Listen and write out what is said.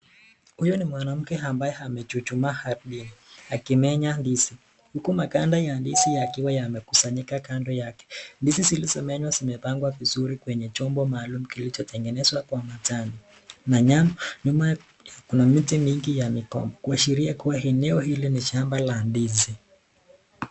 Huyuu ni mwanamke ambaye amechuchumaa akimenya ndizi huku maganda ya ndizi yakiwa yamekusanyika kando yake. Ndizi zilizomenywa zimepangwa vizuri kwenye chombo maalum kilichotengenezwa kwa matawi. Nyuma kuna miti mingi ya migomba kuashiria eneo hili ni shamba la ndizi.